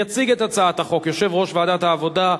יציג את הצעת החוק יושב-ראש ועדת העבודה,